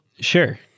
Sure